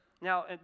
Now